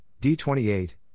D28